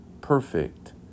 perfect